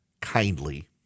kindly